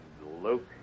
Luke